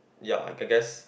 ya I g~ guess